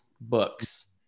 books